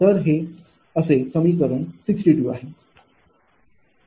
तर हे असे समीकरण 62 आहे